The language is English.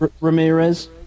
Ramirez